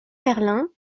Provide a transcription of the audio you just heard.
merlin